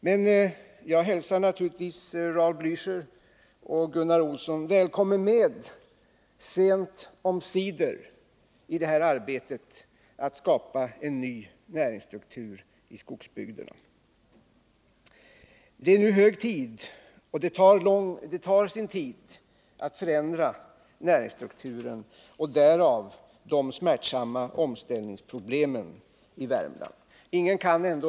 Men jag hälsar naturligtvis Raul Blächer och Gunnar Olsson välkomna att, sent omsider, komma med i detta arbete att skapa en ny näringsstruktur i skogsbygderna. Det är nu bråttom, men det tar sin tid att förändra näringsstrukturen, med de smärtsamma omställningsproblem som detta för med sig i Värmland.